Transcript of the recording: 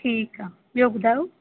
ठीकु आहे ॿियो ॿुधायो